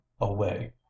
away